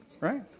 right